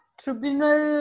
tribunal